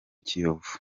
kiyovu